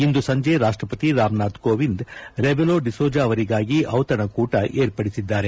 ಇಂದು ಸಂಜೆ ರಾಷ್ಟಪತಿ Ramnath Kovind Rebelo de Sousa ಅವರಿಗಾಗಿ ದಿತಣಕೂಟ ಏರ್ಪಡಿಸಿದ್ದಾರೆ